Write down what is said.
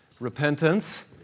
Repentance